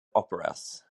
operas